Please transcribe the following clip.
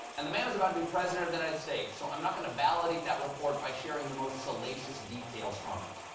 and man is about to be president of the united states. so i'm not going to validate that report by sharing the most salacious details from it,